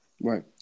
Right